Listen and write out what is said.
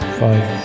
five